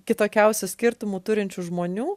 kitokiausių skirtumų turinčių žmonių